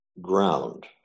ground